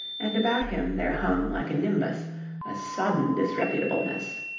and about him there hung like a nimbus a sodden disreputableness.